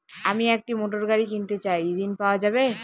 আমি একটি মোটরগাড়ি কিনতে চাই ঝণ পাওয়া যাবে?